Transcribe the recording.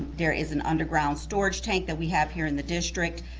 there is an underground storage tank that we have here in the district.